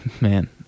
man